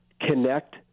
connect